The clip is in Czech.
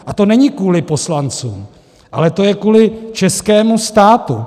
A to není kvůli poslancům, ale to je kvůli českému státu.